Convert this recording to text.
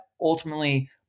ultimately